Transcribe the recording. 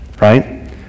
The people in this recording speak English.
Right